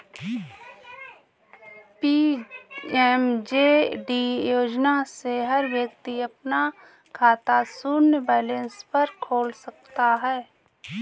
PMJD योजना से हर व्यक्ति अपना खाता शून्य बैलेंस पर खोल सकता है